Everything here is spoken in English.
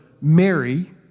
Mary